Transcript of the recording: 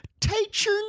Teacher